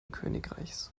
königreichs